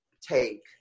take